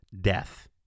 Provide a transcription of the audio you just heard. death